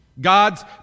God's